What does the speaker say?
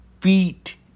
beat